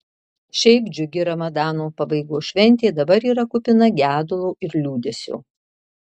šiaip džiugi ramadano pabaigos šventė dabar yra kupina gedulo ir liūdesio